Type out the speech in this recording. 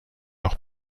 auch